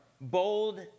bold